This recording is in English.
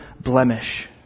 blemish